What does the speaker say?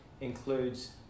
includes